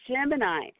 Gemini